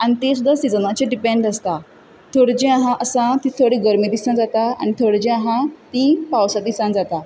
आनी तें सुद्दां सिजनाचेर डिपेंड आसता थोडीं जीं आसा तीं थोडीं गरमे दिसान जाता आनी थोडीं जीं आहा तीं पावसा दिसान जाता